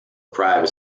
private